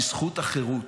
בזכות החירות,